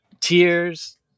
tears